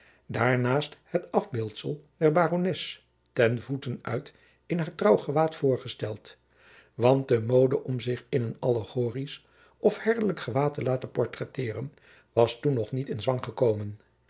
daarnaast het afbeeldsel der barones ten voeten uit in haar trouwgewaad voorgesteld want de mode om zich in een allegorisch of herderlijk gewaad te laten portretteeren was toen nog niet in zwang gekomen